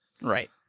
Right